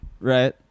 Right